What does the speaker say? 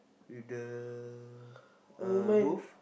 with the uh booth